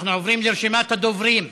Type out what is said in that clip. אנחנו עוברים לרשימת הדוברים.